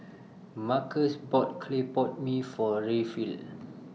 Marcos bought Clay Pot Mee For Rayfield